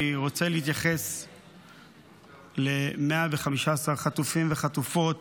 אני רוצה להתייחס ל-115 חטופים וחטופות,